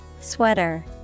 Sweater